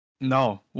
no